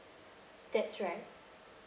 that's right